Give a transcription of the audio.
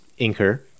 inker